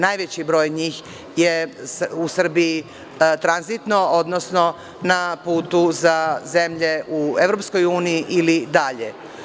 Najveći broj njih je u Srbiji tranzitno, odnosno na putu za zemlje u EU ili dalje.